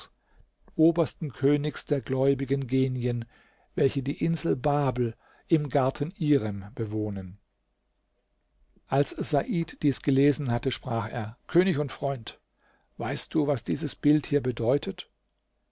obersten königs der gläubigen genien welche die insel babel im garten irem bewohnen als said dies gelesen hatte sprach er könig und freund weißt du was dieses bild hier bedeutet